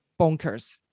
bonkers